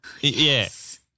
Yes